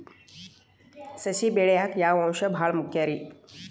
ಸಸಿ ಬೆಳೆಯಾಕ್ ಯಾವ ಅಂಶ ಭಾಳ ಮುಖ್ಯ ರೇ?